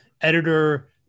editor